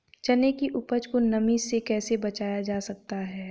चने की उपज को नमी से कैसे बचाया जा सकता है?